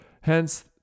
hence